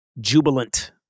jubilant